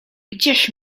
gdzież